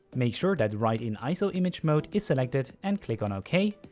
make sure that write in iso image mode is selected, and click on ok,